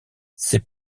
c’est